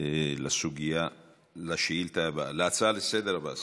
להצעה לסדר-היום הבאה.